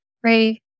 pray